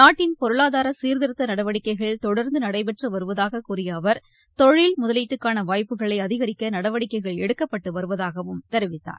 நாட்டின் பொருளாதார சீர்திருத்த நடவடிக்கைகள் தொடர்ந்து நடைபெற்று வருவதாக கூறிய அவர் தொழில் முதலீட்டுக்கான வாய்ப்புகளை அதிகரிக்க நடவடிக்கைகள் எடுக்கப்பட்டு வருவதாகவும் தெரிவித்தார்